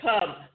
come